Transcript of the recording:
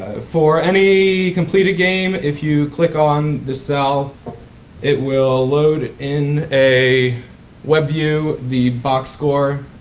for any completed game if you click on the cell it will load in a web view the box score.